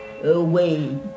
away